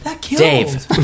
Dave